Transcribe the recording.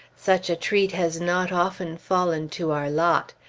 such a treat has not often fallen to our lot.